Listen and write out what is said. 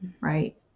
right